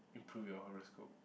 improve your horoscope